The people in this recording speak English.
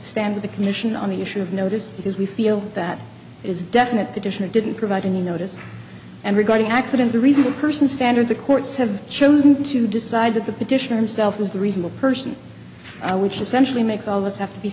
stand by the commission on the issue of notice because we feel that it is definite additional didn't provide any notice and regarding accident a reasonable person standard the courts have chosen to decide that the petitioner himself was the reasonable person i wish a century makes all of us have to be